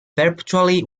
perpetually